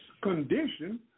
condition